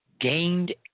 gained